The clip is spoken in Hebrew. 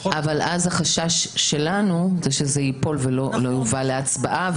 לפחות --- החשש שלנו שזה ייפול ולא יובא להצבעה,